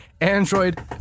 Android